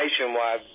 nationwide